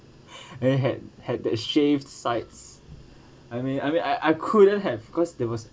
and then had had that shaved sides I mean I mean I I couldn't have because there was